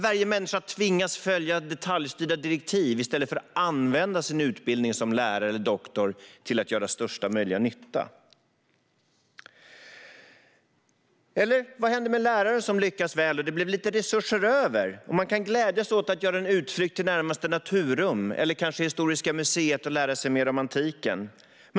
Varje människa tvingas att följa detaljstyrda direktiv i stället för att använda sin utbildning till lärare eller doktor för att göra största möjliga nytta. Vad händer med läraren som lyckats väl, fick lite resurser över och kan glädjas åt att göra en utflykt till närmaste naturum eller kanske till historiska museet för att lära sig mer om antiken?